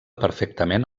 perfectament